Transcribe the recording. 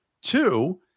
Two